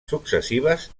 successives